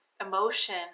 emotion